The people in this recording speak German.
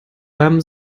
beim